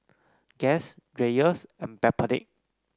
Guess Dreyers and Backpedic